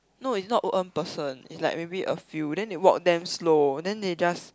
no it's not uh one person it's like maybe a few then they walk damn slow then they just